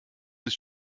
des